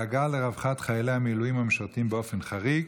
דאגה לרווחת חיילי המילואים המשרתים באופן חריג,